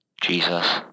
Jesus